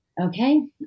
okay